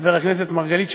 חבר הכנסת מרגלית,